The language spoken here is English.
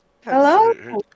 Hello